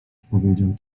odpowiedział